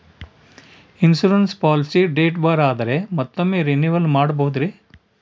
Insurance policy date ಬಾರ್ ಆದರೆ ಮತ್ತೊಮ್ಮೆ ರಿನಿವಲ್ ಮಾಡಬಹುದ್ರಿ?